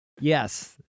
Yes